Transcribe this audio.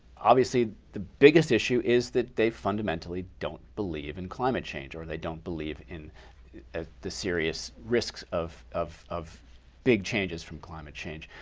obviously, the biggest issue is that they fundamentally don't believe in climate change or they don't believe in ah the serious risks of of big changes from climate change.